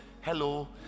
hello